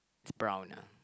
brown ah